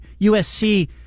USC